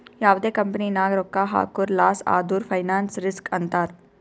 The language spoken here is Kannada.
ಯಾವ್ದೇ ಕಂಪನಿ ನಾಗ್ ರೊಕ್ಕಾ ಹಾಕುರ್ ಲಾಸ್ ಆದುರ್ ಫೈನಾನ್ಸ್ ರಿಸ್ಕ್ ಅಂತಾರ್